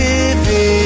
Living